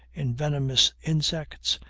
in venomous insects,